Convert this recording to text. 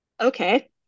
okay